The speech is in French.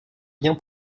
bien